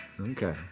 Okay